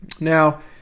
Now